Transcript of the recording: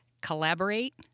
Collaborate